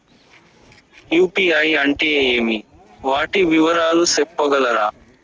UPI అంటే ఏమి? వాటి వివరాలు సెప్పగలరా?